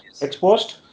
exposed